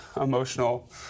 emotional